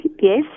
yes